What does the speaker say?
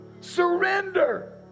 Surrender